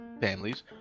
families